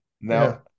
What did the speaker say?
Now